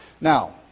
Now